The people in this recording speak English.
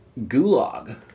gulag